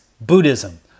Buddhism